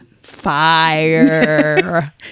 Fire